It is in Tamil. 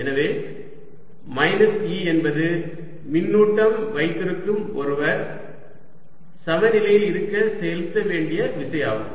எனவே மைனஸ் E என்பது மின்னூட்டம் வைத்திருக்கும் ஒருவர் சமநிலையில் இருக்க செலுத்தவேண்டிய விசை ஆகும்